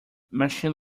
machine